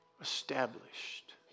Established